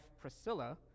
Priscilla